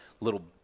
little